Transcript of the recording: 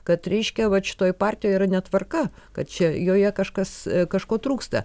kad reiškia vat šitoje partijoje yra netvarka kad čia joje kažkas kažko trūksta